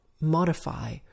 modify